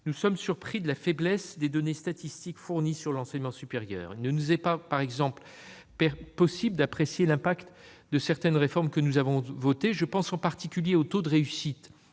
nous sommes surpris de la faiblesse des données statistiques fournies sur l'enseignement supérieur. Résultat : il ne nous est pas possible d'apprécier les effets de certaines réformes que nous avons votées. Je pense en particulier au taux de réussite